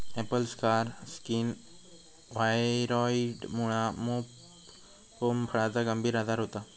Apple scar skin व्हायरॉइडमुळा pome फळाचो गंभीर आजार होता